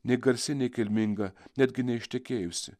nei garsi nei kilminga netgi neištekėjusi